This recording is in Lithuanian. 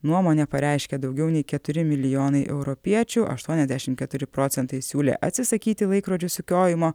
nuomonę pareiškė daugiau nei keturi milijonai europiečių aštuoniasdešim keturi procentai siūlė atsisakyti laikrodžių sukiojimo